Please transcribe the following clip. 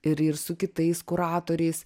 ir ir su kitais kuratoriais